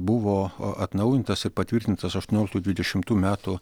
buvo atnaujintas ir patvirtintas aštuonioliktų dvidešimtų metų